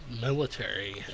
military